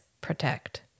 protect